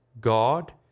God